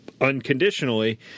unconditionally